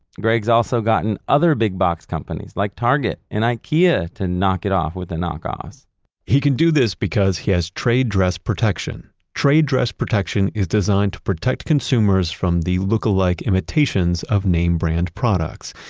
gregg's also gotten other big box companies like target and ikea to knock it off with the knockoffs he can do this because he has trade dress protection. trade dress protection is designed to protect consumers from the lookalike imitations of name brand products.